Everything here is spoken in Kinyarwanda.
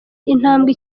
intambwe